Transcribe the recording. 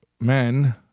men